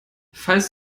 falls